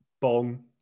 Bong